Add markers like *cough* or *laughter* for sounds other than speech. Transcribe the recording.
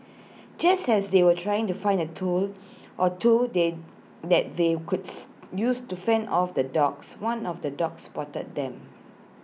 *noise* just as they were trying to find A tool or two they that they could *unintelligible* use to fend off the dogs one of the dogs spotted them